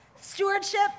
stewardship